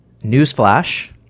newsflash